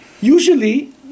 Usually